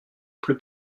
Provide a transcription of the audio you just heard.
pleut